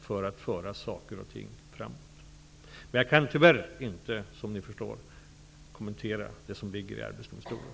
Som ni förstår kan jag tyvärr inte kommentera fall som ligger hos Arbetsdomstolen.